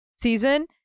season